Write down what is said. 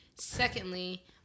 Secondly